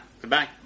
Goodbye